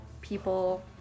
people